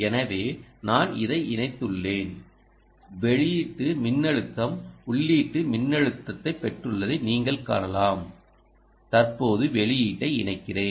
எனவே நான் இதை இணைத்துள்ளேன் வெளியீட்டு மின்னழுத்தம் உள்ளீட்டு மின்னழுத்தத்தை பெற்றுள்ளதை நீங்கள் காணலாம் தற்போது வெளியீட்டை இணைக்கிறேன்